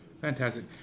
Fantastic